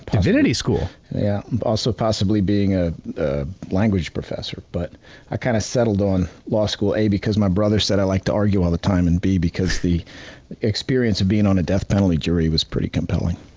divinity school? yeah, and also possibly being ah a language professor. but i kind of settled on law school a because my brother said i liked to argue all the time, and b because the experience of being on a death penalty jury was pretty compelling.